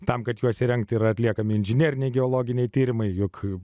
tam kad juos įrengti yra atliekami inžineriniai geologiniai tyrimai juk